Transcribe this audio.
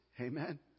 Amen